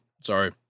Sorry